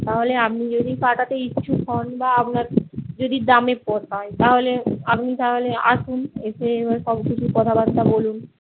তাহলে আপনি যদি কাটাতে ইচ্ছুক হন বা আপনার যদি দামে পোষায় তাহলে আপনি তাহলে আসুন এসে এবার সবকিছু কথাবার্তা বলুন